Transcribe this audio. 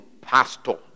pastor